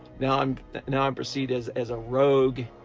now i'm now i'm perceived as as a rogue.